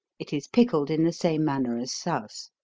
it is pickled in the same manner as souse.